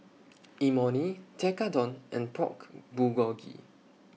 Imoni Tekkadon and Pork Bulgogi